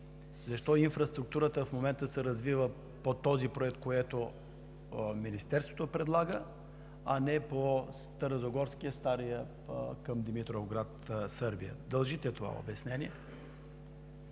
защо инфраструктурата в момента се развива по този проект, който предлага Министерството, а не по Старозагорския – стария, към Димитровград – Сърбия. Дължите това обяснение.